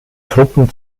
truppen